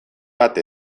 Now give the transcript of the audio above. bat